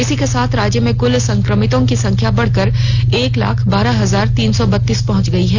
इसी के साथ राज्य में कुल संक्रमितों की संख्या बढ़कर एक लाख बारह हजार तीन सौ बतीस पहुंच गई है